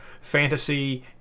Fantasy